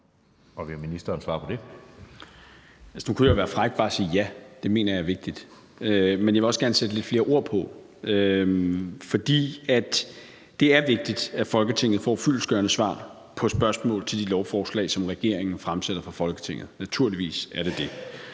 Justitsministeren (Peter Hummelgaard): Nu kunne jeg jo være fræk bare at sige: Ja, det mener jeg er vigtigt. Men jeg vil også gerne sætte lidt flere ord på, for det er vigtigt, at Folketinget får fyldestgørende svar på spørgsmål til de lovforslag, som regeringen fremsætter for Folketinget; naturligvis er det det.